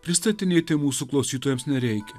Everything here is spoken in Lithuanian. pristatinėti mūsų klausytojams nereikia